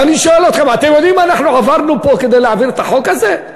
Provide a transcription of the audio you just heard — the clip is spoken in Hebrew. ואני שואל אתכם: אתם יודעים מה אנחנו עברנו פה כדי להעביר את החוק הזה?